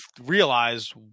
realize